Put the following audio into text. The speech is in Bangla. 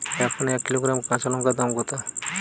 এখন এক কিলোগ্রাম কাঁচা লঙ্কার দাম কত?